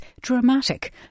dramatic